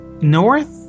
north